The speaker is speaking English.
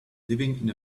living